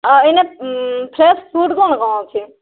ଆଉ ଏଇନା fresh fruit କ'ଣ କ'ଣ ଅଛି